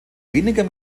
weniger